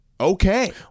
okay